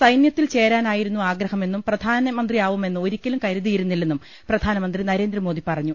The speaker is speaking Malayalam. സൈന്യത്തിൽ ചേരാനായിരുന്നു ആഗ്രഹമെന്നും പ്രധാനമന്ത്രി യാവുമെന്ന് ഒരിക്കലും കരുതിയിരുന്നില്ലെന്നും പ്രധാനമന്ത്രി നരേ ന്ദ്രമോദി പറഞ്ഞു